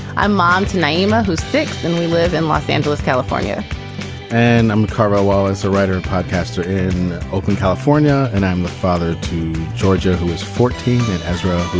i'm mom to naima, who's thicker than we live in los angeles, california and i'm karen wilentz, a writer podcaster in oakland, california. and i'm a father of two georgia who is fourteen in israel.